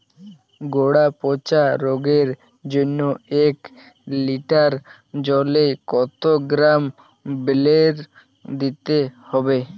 গোড়া পচা রোগের জন্য এক লিটার জলে কত গ্রাম বেল্লের দিতে হবে?